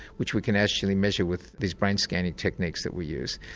which we can actually measure with these brain scanning techniques that we use.